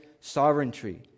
sovereignty